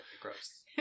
gross